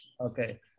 Okay